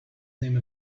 name